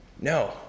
No